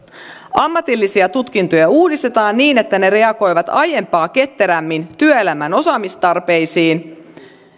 ammatillisia tutkintoja uudistetaan niin että ne reagoivat aiempaa ketterämmin työelämän osaamistarpeisiin